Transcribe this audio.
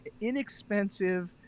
inexpensive